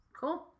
Cool